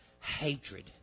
Hatred